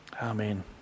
Amen